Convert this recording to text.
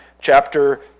chapter